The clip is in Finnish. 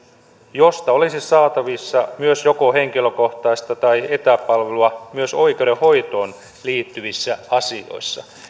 joista olisi saatavissa joko henkilökohtaista tai etäpalvelua myös oikeudenhoitoon liittyvissä asioissa